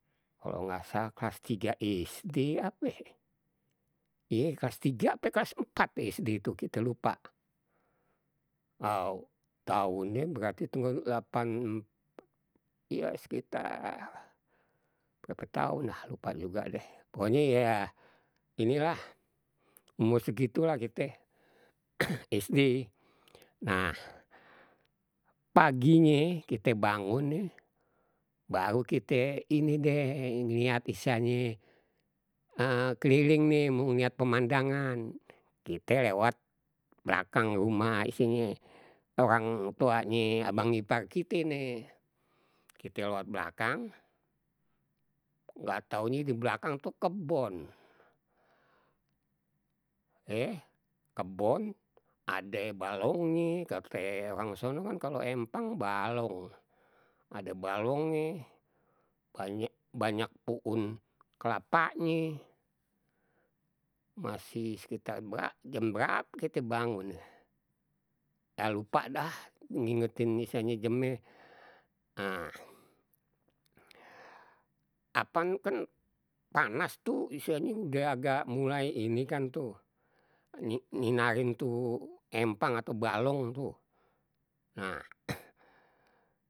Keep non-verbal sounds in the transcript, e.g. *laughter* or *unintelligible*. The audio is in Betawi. Kalau nggak salah kelas tiga SD ape, iye kelas tiga ape kelas empat SD itu, kita lupa. *hesitation* Tau tahunnye berarti *unintelligible* lapan, iya sekitar berape tahun lah lupa juga deh. Pokoknya iya, inilah umur segitulah kite *noise* sd. Nah, paginye kite bangun nih, baru kita, ini deh lihat istilahnye *hesitation* keliling ini. mau ngliat pemandangan. Kite lewat belakang rumah isinye orang tuanye, abang ipar kite nih. Kita lewat belakang, nggak tahunye di belakang itu kebon. Eh, kebon, ada balongnya kate orang sono kan kalau empang balong. Ada balongnye, banyak, banyak puun kelapanye, masih sekitar berap jam berape kita bangun ye. Ya lupa dah, ngingetin istilahnye jamnye. Nah apan kan panas tuh istilahnye udah mulai ini kan tuh, nyin nyinarin tuh empang atau balong tuh. Nah. *noise*